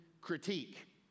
critique